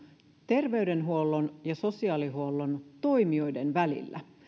terveydenhuollon ja sosiaalihuollon toimijoiden välillä